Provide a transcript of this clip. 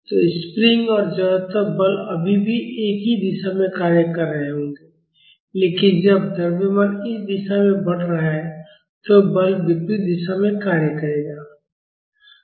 तो स्प्रिंग और जड़त्व बल अभी भी एक ही दिशा में कार्य कर रहे होंगे लेकिन जब द्रव्यमान इस दिशा में बढ़ रहा है तो बल विपरीत दिशा में कार्य करेगा